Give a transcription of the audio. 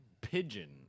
pigeon